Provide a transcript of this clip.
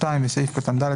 (2) בסעיף קטן (ד),